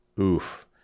Oof